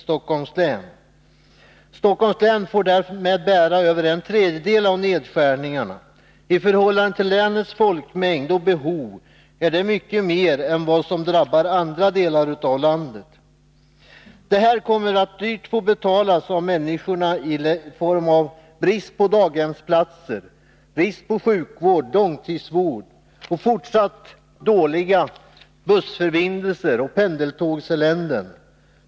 Stockholms län får därmed bära över en tredjedel av nedskärningarna. I förhållande till länets folkmängd och behov är detta mycket mer än vad som drabbar andra delar av landet. Detta kommer att dyrt få betalas av människorna i form av brist på daghemsplatser, sjukvård, långtidsvård och fortsatt dåliga bussförbindelser och pendeltågselände.